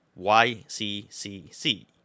yccc